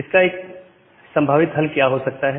इसका एक संभावित हल क्या हो सकता है